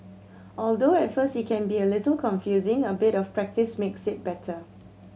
although at first it can be a little confusing a bit of practice makes it better